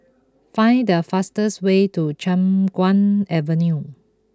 find the fastest way to Chiap Guan Avenue